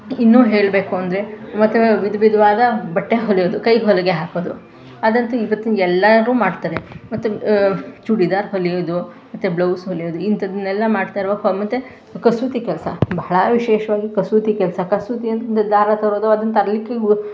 ಇನ್ನು ಹೇಳಬೇಕು ಅಂದರೆ ಮತ್ತು ವಿಧ ವಿಧವಾದ ಬಟ್ಟೆ ಹೊಲಿಯೋದು ಕೈ ಹೊಲಿಗೆ ಹಾಕೋದು ಅದಂತೂ ಇವತ್ತಿನ ಎಲ್ಲರೂ ಮಾಡ್ತಾರೆ ಮತ್ತು ಚೂಡಿದಾರ್ ಹೊಲಿಯೋದು ಮತ್ತು ಬ್ಲೌಸ್ ಹೊಲಿಯೋದು ಇಂಥದ್ನೆಲ್ಲ ಮಾಡ್ತಾ ಮಾಡ್ತಾ ಇರುವಾಗ ಮತ್ತು ಕಸೂತಿ ಕೆಲಸ ಬಹಳ ವಿಶೇಷವಾಗಿ ಕಸೂತಿ ಕೆಲಸ ಕಸೂತಿ ಅಂದರೆ ದಾರ ತರೋದು ಅದನ್ನು ತರಲಿಕ್ಕೆ ಹೋಗಿ